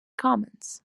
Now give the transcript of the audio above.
comments